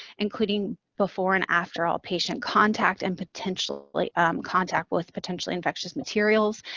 including before and after all patient contact and potentially contact with potentially infectious materials,